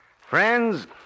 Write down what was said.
Friends